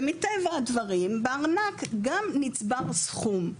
ומטבע הדברים בארנק גם נצבר סכום,